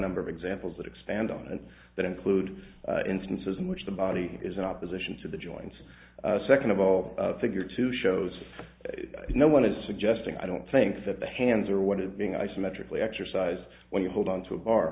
number of examples that expand on and that include instances in which the body is in opposition to the joints second of all the figure two shows no one is suggesting i don't think that the hands are what is being i symmetrically exercise when you hold on to a bar